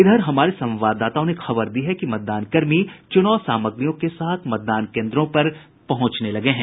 इधर हमारे संवाददाताओं ने खबर दी है कि मतदानकर्मी चुनाव सामग्रियों के साथ मतदान केन्द्रों पर पहुंचने लगे हैं